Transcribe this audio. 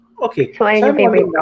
Okay